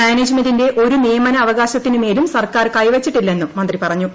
മാനേജ്മെന്റിന്റെ ഒരു നിയമനാവകാശത്തിനു്ടുമേലും സർക്കാർ കൈവച്ചിട്ടില്ലെന്നും മന്ത്രി പറഞ്ഞു